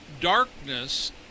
darkness